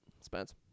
Spence